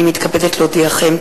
הנני מתכבדת להודיעכם,